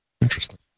interesting